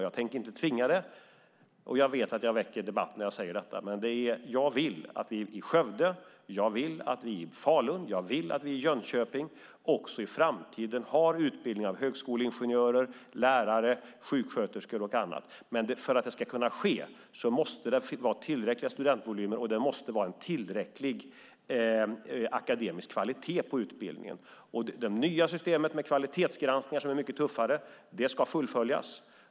Jag tänker inte tvinga någon, och jag vet att jag väcker debatt när jag säger detta. Jag vill att vi i Skövde, Falun och Jönköping också i framtiden har utbildning av högskoleingenjörer, lärare och sjuksköterskor och andra. För att det ska ske måste det finnas tillräckliga studentvolymer och tillräcklig akademisk kvalitet på utbildningarna. Det nya systemet med tuffare kvalitetsgranskningar ska fullföljas.